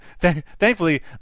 thankfully